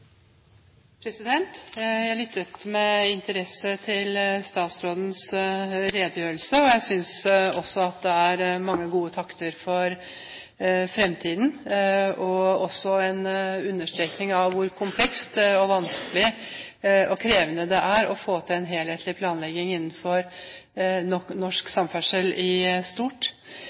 Jeg lyttet med interesse til statsrådens redegjørelse. Jeg synes det er mange gode takter for fremtiden og også en understrekning av hvor komplekst, vanskelig og krevende det er å få til en helhetlig planlegging innenfor norsk samferdsel i stort.